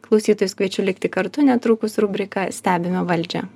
klausytojus kviečiu likti kartu netrukus rubrika stebime valdžią